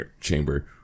chamber